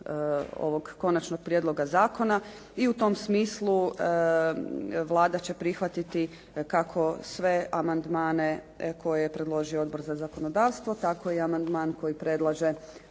ovog konačnog prijedloga zakona i u tom smislu Vlada će prihvatiti kako sve amandmane koje je predložio Odbor za zakonodavstvo tako i amandman koji predlaže